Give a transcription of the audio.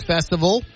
Festival